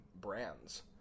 brands